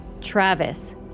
Travis